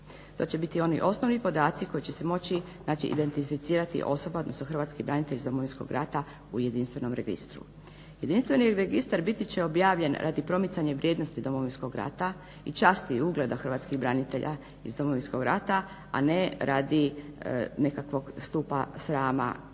To će biti oni osnovni podaci koji će se moći znači identificirati osoba odnosno hrvatski branitelj iz Domovinskog rata u jedinstvenom registru. Jedinstveni registar biti će objavljen radi promicanja vrijednosti Domovinskog rata i časti i ugleda hrvatskih branitelja iz Domovinskog rata a ne radi nekakvog stupa srama kao